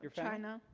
china.